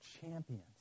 champions